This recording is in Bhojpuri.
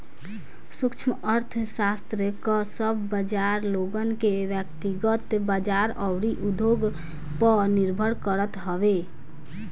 सूक्ष्म अर्थशास्त्र कअ सब बाजार लोगन के व्यकतिगत बाजार अउरी उद्योग पअ निर्भर करत हवे